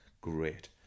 great